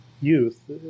youth